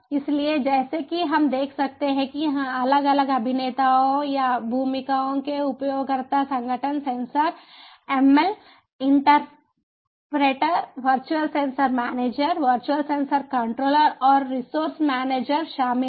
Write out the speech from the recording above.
इसलिए जैसा कि हम देख सकते हैं यहां अलग अलग अभिनेताओं या भूमिकाओं में उपयोगकर्ता संगठन sensor ML interpreter virtual sensor manager virtual sensor controller और रिसोर्स मैनेजर शामिल हैं